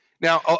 Now